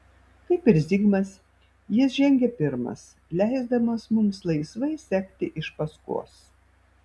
kaip ir zigmas jis žengė pirmas leisdamas mums laisvai sekti iš paskos